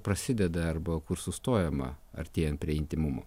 prasideda arba kur sustojama artėjant prie intymumo